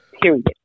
period